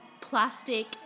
plastic